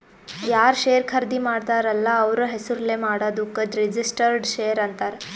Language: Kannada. ಯಾರ್ ಶೇರ್ ಖರ್ದಿ ಮಾಡ್ತಾರ ಅಲ್ಲ ಅವ್ರ ಹೆಸುರ್ಲೇ ಮಾಡಾದುಕ್ ರಿಜಿಸ್ಟರ್ಡ್ ಶೇರ್ ಅಂತಾರ್